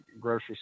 grocery